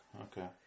Okay